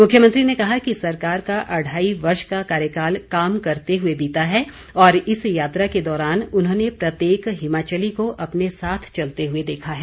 मुख्यमंत्री ने कहा कि सरकार का अढ़ाई वर्ष का कार्यकाल काम करते हए बीता है और इस यात्रा के दौरान उन्होंने प्रत्येक हिमाचली को अपने साथ चलते हुए देखा है